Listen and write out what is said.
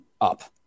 up